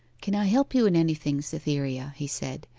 can i help you in anything, cytherea he said,